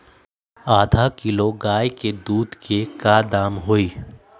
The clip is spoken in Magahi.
आधा किलो गाय के दूध के का दाम होई?